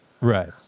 Right